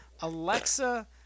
Alexa